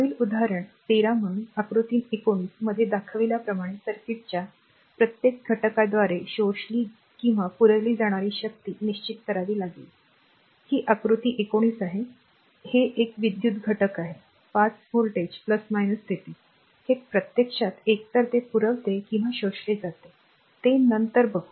पुढील उदाहरण 13 म्हणून आकृती 19 मध्ये दाखवल्याप्रमाणे सर्किटच्या प्रत्येक घटकाद्वारे शोषली किंवा पुरवली जाणारी शक्ती निश्चित करावी लागेल ही आकृती 19 आहे हे एक विद्युत घटक आहे 5 व्होल्टेज देते हे प्रत्यक्षात एकतर ते पुरवते किंवा शोषले जाते ते नंतर बघू